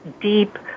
deep